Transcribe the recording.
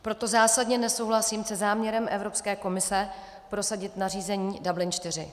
Proto zásadně nesouhlasím se záměrem Evropské komise prosadit nařízení Dublin IV.